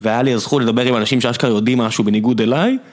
והיה לי הזכות לדבר עם אנשים שאשכרה יודעים משהו בניגוד אליי.